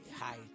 hi